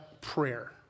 prayer